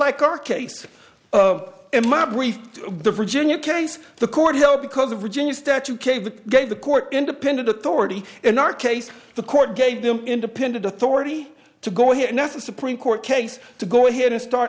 like our case of my brief the virginia case the court held because of virginia statue cave gave the court independent authority in our case the court gave them independent authority to go ahead and that's a supreme court case to go ahead and start